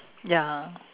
ya